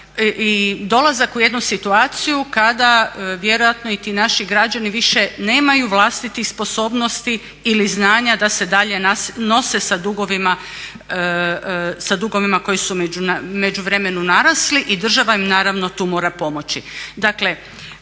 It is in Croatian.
i dolazak u jednu situaciju kada vjerojatno i ti naši građani više nemaju vlastitih sposobnosti ili znanja da se dalje nose sa dugovima koji su u međuvremenu narasli i država im naravno tu mora pomoći.